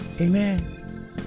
Amen